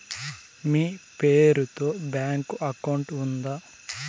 మీ పేరు తో bank account ఉందా?